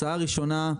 הצעה ראשונה,